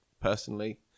personally